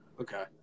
Okay